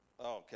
okay